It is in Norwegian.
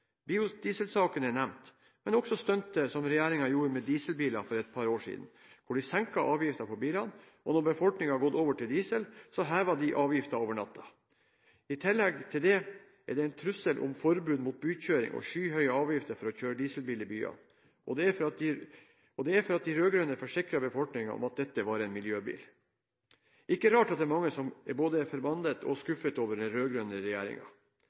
biodieselsaken er nevnt, men også stuntet som regjeringen gjorde med dieselbiler for et par år siden, hvor de senket avgiftene på bilene, og da befolkningen hadde gått over til diesel, hevet de avgiften over natten. I tillegg til det er det trusler om forbud mot bykjøring og skyhøye avgifter for å kjøre dieselbil i byene, til tross for at de rød-grønne forsikret befolkningen om at dette var en miljøbil. Ikke rart at det er mange som er både forbannet og skuffet over den